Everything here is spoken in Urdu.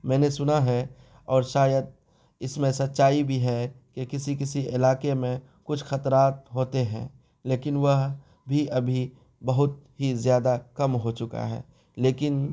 میں نے سنا ہے اور شاید اس میں سچائی بھی ہے کہ کسی کسی علاقے میں کچھ خطرات ہوتے ہیں لیکن وہ بھی ابھی بہت ہی زیادہ کم ہو چکا ہے لیکن